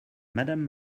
madame